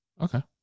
Okay